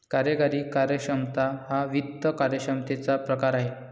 कार्यकारी कार्यक्षमता हा वित्त कार्यक्षमतेचा प्रकार आहे